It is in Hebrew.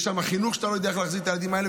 יש שם חינוך שאתה לא יודע איך להחזיר את הילדים האלה.